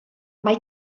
mai